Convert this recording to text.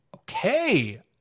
okay